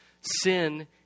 sin